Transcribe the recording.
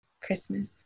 Christmas